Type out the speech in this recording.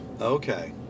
Okay